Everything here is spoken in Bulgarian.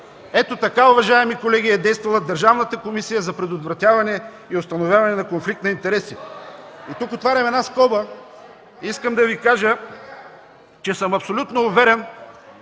Ето така, уважаеми колеги, е действала Държавната комисия за предотвратяване и установяване на конфликт на интереси. Тук отварям една скоба и искам да Ви кажа, че съм абсолютно уверен,